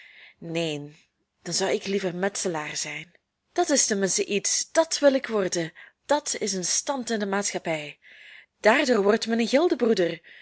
neen dan zou ik liever metselaar zijn dat is ten minste iets dat wil ik worden dat is een stand in de maatschappij daardoor wordt men een